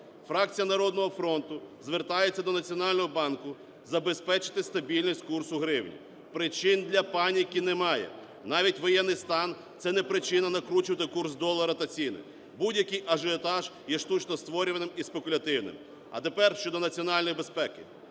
Фракція "Народного фронту" звертається до Національного банку забезпечити стабільність курсу гривні. Причин для паніки немає. Навіть воєнний стан – це не причина накручувати курс долара та ціни. Будь-який ажіотаж є штучно створюваним і спекулятивним. А тепер щодо національної безпеки.